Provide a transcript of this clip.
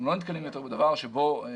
אנחנו לא נתקלים יותר במצב שבו